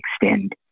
extend